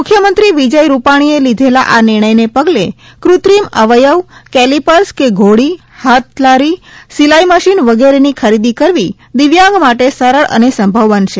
મુખ્યમંત્રી વિજય રૂપાણીએ લીઘેલાં આ નિર્ણયને પગલે કૃત્રિમ અવયવ કેલિપર્સ કે ધોડી ફાથલારી સિલાઇ મશીન વગેરેની ખરીદી કરવી દિવ્યાંગ માટે સરળ અને સંભવ બનશે